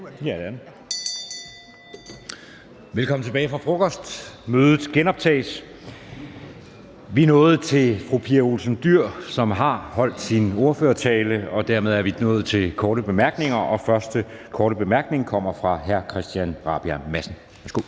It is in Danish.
Velkommen tilbage fra frokost. Mødet er genoptaget. Vi nåede til fru Pia Olsen Dyhr, som har holdt sin ordførertale, og dermed er vi nået til de korte bemærkninger. Den første korte bemærkning kommer fra hr. Christian Rabjerg Madsen. Værsgo.